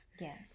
Yes